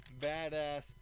badass